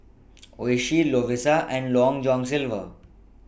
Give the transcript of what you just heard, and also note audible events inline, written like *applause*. *noise* Oishi Lovisa and Long John Silver